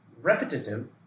repetitive